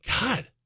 god